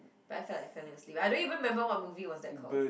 but I felt like felling asleep I don't even remember what movie was that called